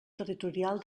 territorial